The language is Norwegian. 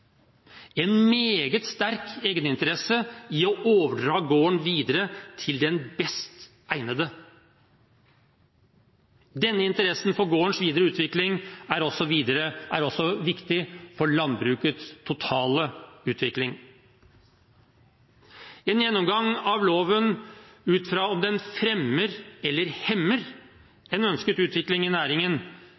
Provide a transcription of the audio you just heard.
en meget sterk egeninteresse av å overdra gården videre til den best egnede. Denne interessen for gårdens videre utvikling er også viktig for landbrukets totale utvikling. En gjennomgang av loven ut fra om den fremmer eller hemmer en ønsket utvikling i næringen,